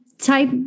type